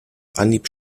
anhieb